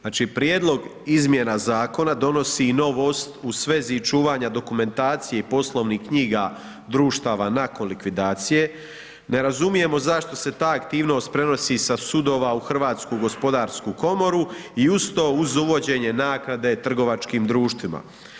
Znači prijedlog izmjena zakona donosi i novost u svezi čuvanja dokumentacije i poslovnih knjiga društava nakon likvidacije, ne razumijemo zašto se ta aktivnost prenosi sa sudova u Hrvatsku gospodarsku komoru i uz to uz uvođenje naknade trgovačkim društvima.